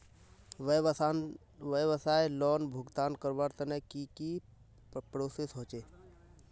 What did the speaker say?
व्यवसाय लोन भुगतान करवार तने की की प्रोसेस होचे?